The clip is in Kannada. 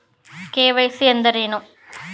ಕೆ.ವೈ.ಸಿ ಎಂದರೇನು?